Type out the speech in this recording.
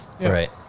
Right